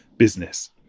business